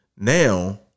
Now